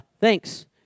thanks